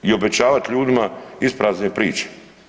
i obećavat ljudima isprazne priče.